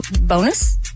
bonus